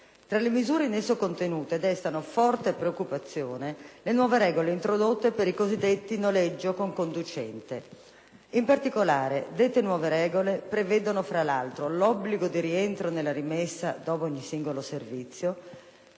tra le misure in esso contenute destano forte preoccupazione le nuove regole introdotte per il così detto noleggio con conducente. In particolare, dette nuove regole prevedono l'obbligo di rientro nella rimessa dopo ogni singolo servizio;